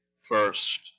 first